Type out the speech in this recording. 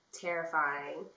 terrifying